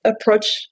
approach